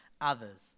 others